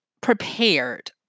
prepared